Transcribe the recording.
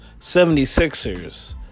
76ers